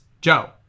Joe